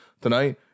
tonight